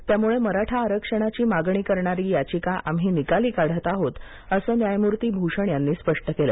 त्यामुळे मराठा आरक्षणाची मागणी करणारी याचिका आम्ही निकाली काढत आहोतअसं न्यायमूर्ती भूषण यांनी स्पष्ट केलं